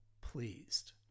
pleased